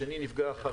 השני נפגע אחריו.